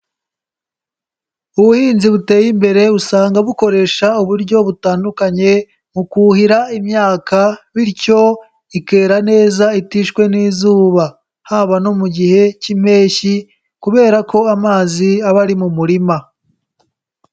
Ubuhinzi buteye imbere usanga bukoresha uburyo butandukanye, mu kuhira imyaka, bityo ikera neza itishwe n'izuba. Haba no mu gihe k'impeshyi kubera ko amazi aba ari mu murima.